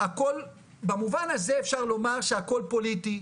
הכול במובן הזה אפשר לומר שהכול פוליטי,